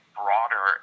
broader